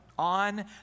On